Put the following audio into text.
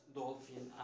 dolphin